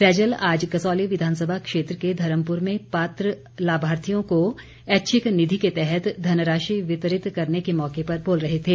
सैजल आज कसौली विधानसभा क्षेत्र के धर्मपुर में पात्र लाभार्थियों को ऐच्छिक निधि के तहत धनराशि वितरित करने के मौके पर बोल रहे थे